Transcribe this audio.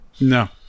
No